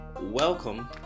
Welcome